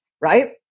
right